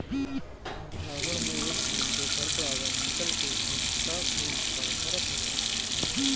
परपरागण में एक फूल के परागण निकल के दुसरका फूल पर परत हवे